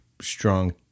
strong